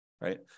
right